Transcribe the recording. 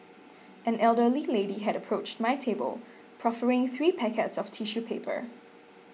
an elderly lady had approached my table proffering three packets of tissue paper